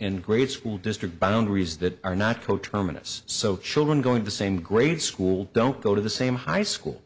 and great school district boundaries that are not pro tremendous so children going to same grade school don't go to the same high school